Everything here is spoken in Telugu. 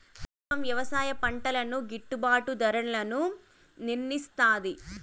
ప్రభుత్వం వ్యవసాయ పంటలకు గిట్టుభాటు ధరలను నిర్ణయిస్తాది